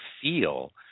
feel